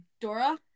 dora